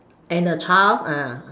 and a child uh